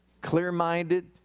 clear-minded